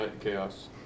chaos